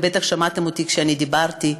ובטח שמעתם אותי כשאני דיברתי,